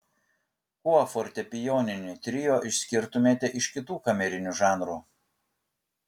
kuo fortepijoninį trio išskirtumėte iš kitų kamerinių žanrų